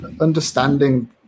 understanding